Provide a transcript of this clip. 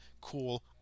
cool